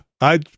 I